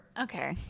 Okay